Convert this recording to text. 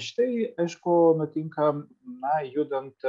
ir šitai aišku nutinka na judant